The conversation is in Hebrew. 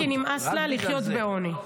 כי נמאס לה לחיות בעוני.